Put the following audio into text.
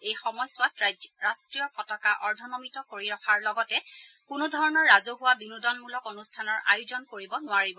এই সময়ছোৱাত ৰাষ্ট্ৰীয় পতাকা অৰ্ধনমিত কৰি ৰখাৰ লগতে কোনো ধৰণৰ ৰাজহুৱা বিনোদনমূলক অনুষ্ঠানৰ আয়োজন কৰিব নোৱাৰিব